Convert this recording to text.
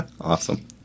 Awesome